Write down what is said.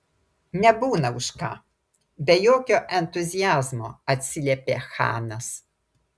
nebūna už ką be jokio entuziazmo atsiliepė chanas